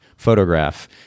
photograph